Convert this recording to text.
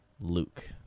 Luke